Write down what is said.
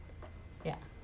yeah